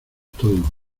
todo